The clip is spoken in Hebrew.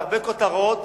והרבה כותרות,